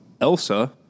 Elsa